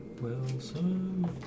Wilson